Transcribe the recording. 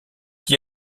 qui